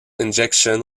injection